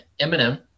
Eminem